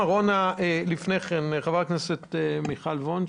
אבל לפני כן חברת הכנסת מיכל וונש.